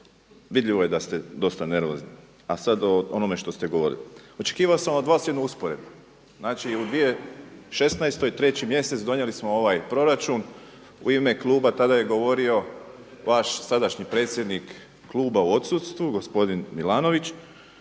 vidljivo je da ste dosta nervozni. A sad o onome što ste govorili. Očekivao sam od vas jednu usporedbu. Znači u 2016. 3. mjesec donijeli smo ovaj proračun u ime kluba tada je govorio vaš sadašnji predsjednik kluba u odsustvu gospodin Milanović